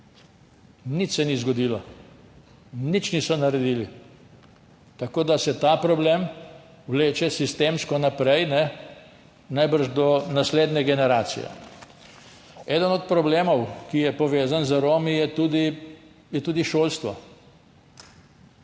Nič se ni zgodilo, nič niso naredili, tako da se ta problem vleče sistemsko naprej, najbrž do naslednje generacije. Eden od problemov, ki so povezani z Romi, je tudi šolstvo.